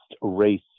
race